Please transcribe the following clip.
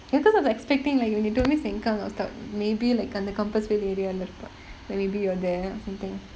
because I was expecting like when you told me sengkang I thought maybe like அந்த:antha compassvale area leh இருப்ப:iruppa like maybe you're there or something